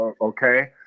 Okay